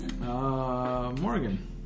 Morgan